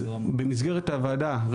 אז במסגרת הוועדה.